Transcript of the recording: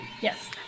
Yes